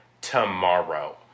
tomorrow